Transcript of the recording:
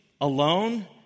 alone